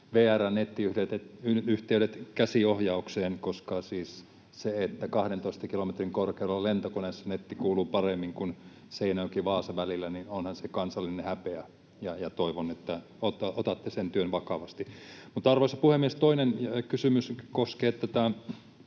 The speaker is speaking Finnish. VR:n nettiyhteydet käsiohjaukseen, koska siis se, että 12 kilometrin korkeudella lentokoneessa netti kuuluu paremmin kuin Seinäjoki—Vaasa-välillä, onhan se kansallinen häpeä, ja toivon, että otatte sen työn vakavasti. Arvoisa puhemies! Toinen kysymys koskee tätä,